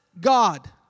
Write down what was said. God